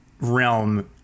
realm